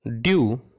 due